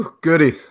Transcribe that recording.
Goody